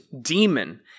demon